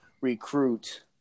recruit